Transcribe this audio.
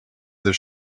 this